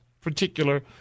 particular